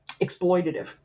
exploitative